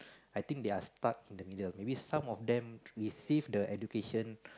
I think they are stuck in the middle maybe some of them receive the education